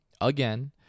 again